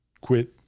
quit